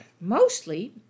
Mostly